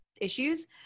issues